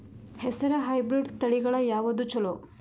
ಹೆಸರ ಹೈಬ್ರಿಡ್ ತಳಿಗಳ ಯಾವದು ಚಲೋ?